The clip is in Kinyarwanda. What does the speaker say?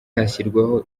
hashyirwaho